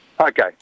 Okay